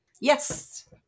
Yes